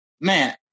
man